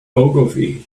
ogilvy